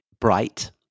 bright